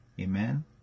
Amen